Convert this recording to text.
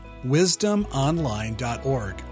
wisdomonline.org